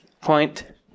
Point